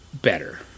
better